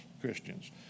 Christians